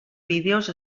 vídeos